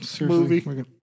movie